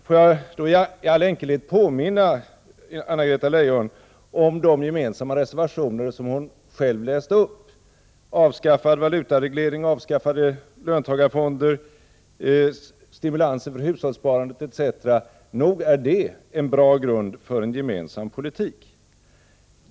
Får jag i all enkelhet påminna Anna-Greta Leijon om de gemensamma borgerliga reservationer som hon själv läste upp — avskaffad valutareglering, avskaffade löntagarfonder, stimulans för hushållssparandet etc. Nog är det en bra grund för en gemensam politik.